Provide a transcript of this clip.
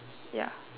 ya